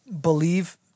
believe